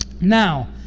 Now